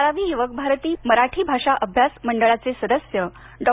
बारावी यूवकभारती मराठी भाषा अभ्यास ममंडळाचे सदस्य डॉ